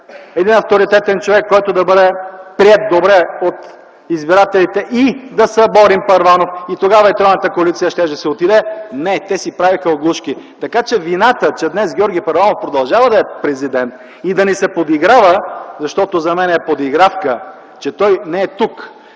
един авторитетен човек, който да бъде приет добре от избирателите, и да съборим Първанов”. Тогава тройната коалиция щеше да си отиде. Но не. Те си правеха оглушки. Така че днес Георги Първанов продължава да е президент и да ни се подиграва, защото за мен е подигравка, че той не е тук,